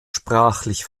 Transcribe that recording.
sprachlich